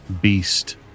beast